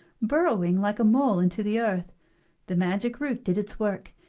burrowing like a mole into the earth the magic root did its work,